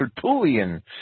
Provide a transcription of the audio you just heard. Tertullian